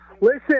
Listen